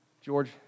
George